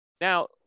now